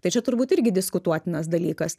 tai čia turbūt irgi diskutuotinas dalykas